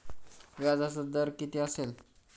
व्याजाचा दर किती असेल?